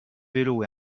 vélos